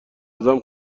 ازم